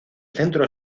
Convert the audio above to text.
centro